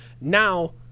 Now